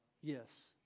Yes